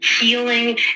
healing